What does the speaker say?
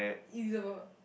Elizabeth ah